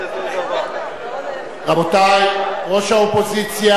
רבותי, ראש האופוזיציה.